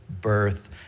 birth